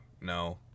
No